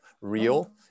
real